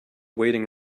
waiting